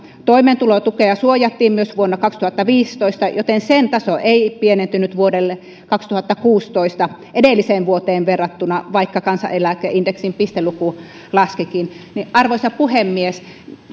toimeentulotukea suojattiin myös vuonna kaksituhattaviisitoista joten sen taso ei pienentynyt vuodelle kaksituhattakuusitoista edelliseen vuoteen verrattuna vaikka kansaneläkeindeksin pisteluku laskikin arvoisa puhemies